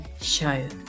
Show